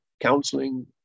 counseling